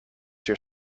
your